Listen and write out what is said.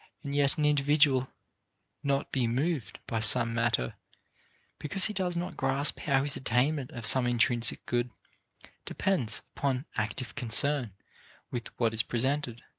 and yet an individual not be moved by some matter because he does not grasp how his attainment of some intrinsic good depends upon active concern with what is presented.